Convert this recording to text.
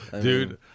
Dude